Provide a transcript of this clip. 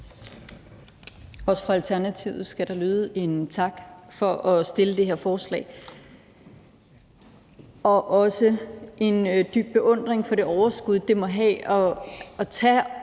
Også fra Alternativet skal der lyde en tak for at fremsætte det her forslag, og jeg har også en dyb beundring for det overskud, det må være kræve,